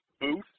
booth